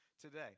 today